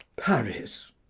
paris,